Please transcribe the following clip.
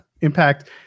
impact